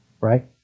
right